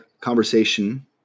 conversation